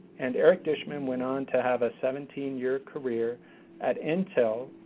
and eric dishman went on to have a seventeen year career at intel,